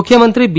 મુખ્યમંત્રી બી